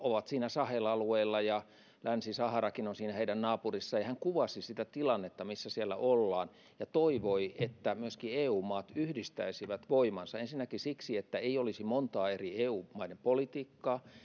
ovat siinä sahel alueella ja länsi saharakin on siinä heidän naapurissaan ja hän kuvasi sitä tilannetta missä siellä ollaan ja toivoi että myöskin eu maat yhdistäisivät voimansa ensinnäkin siksi että ei olisi montaa eri eu maan politiikkaa